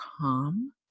calm